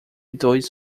dois